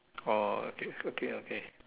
orh okay okay okay